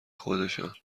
خودشان